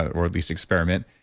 or at least experiment.